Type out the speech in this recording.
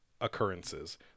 occurrences